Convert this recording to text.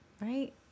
Right